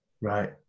Right